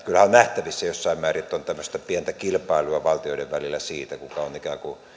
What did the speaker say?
kyllähän on nähtävissä jossain määrin että on tämmöistä pientä kilpailua valtioiden välillä siitä kuka on ikään kuin